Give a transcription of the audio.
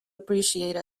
appreciate